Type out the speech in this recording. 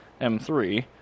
M3